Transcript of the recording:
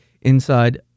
inside